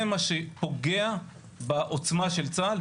זה מה שפוגע בעוצמה של צה"ל,